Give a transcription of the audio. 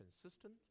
consistent